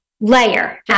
layer